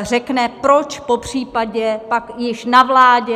řekne proč popřípadě pak již na vládě.